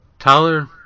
Tyler